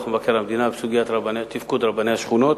מבקר המדינה בסוגיית תפקוד רבני השכונות.